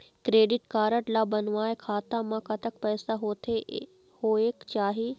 Credit card ला बनवाए खाता मा कतक पैसा होथे होएक चाही?